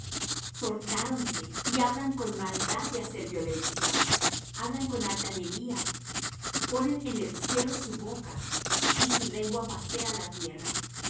corazón soltáronse y hablan con maldad de hacer violencia hablan con altanería ponen en el cielo su boca y su lengua pasea la tierra